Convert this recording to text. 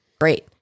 great